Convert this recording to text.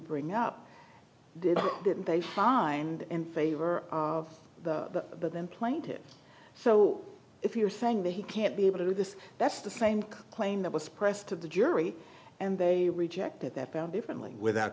bring up did they find in favor of the then plaintiffs so if you're saying that he can't be able to do this that's the same claim that was pressed to the jury and they rejected that differently without